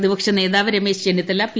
പ്രതിപക്ഷ ്യേത്റവ് രമേശ് ചെന്നിത്തല പി